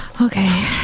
Okay